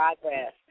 progress